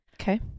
okay